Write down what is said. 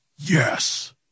yes